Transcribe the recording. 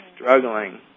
struggling